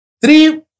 Three